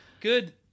good